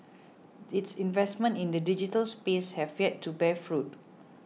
its investments in the digital space have yet to bear fruit